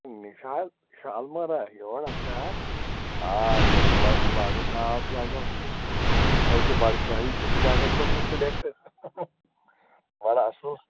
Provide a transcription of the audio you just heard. نِشاط شالمٲرا یور شَہر آ سۄے چھےٚ بَڈٕ بَڈٕ ٹاپ جاے حظ چھےٚ سۄ تۄہہِ چھُو بَڈٕ شٲہی جَگہ کوٚرمُت سِلیٚکٹ بَڈٕ اصٕل